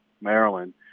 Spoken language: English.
Maryland